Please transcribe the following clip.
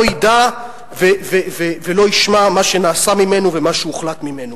לא ידע ולא ישמע מה שנעשה ממנו ומה שהוחלט ממנו,